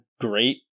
great